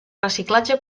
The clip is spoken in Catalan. reciclatge